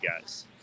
guys